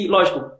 Lógico